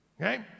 Okay